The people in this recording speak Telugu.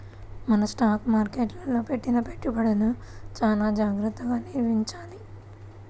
మనం స్టాక్ మార్కెట్టులో పెట్టిన పెట్టుబడులను చానా జాగర్తగా నిర్వహించాలి